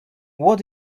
what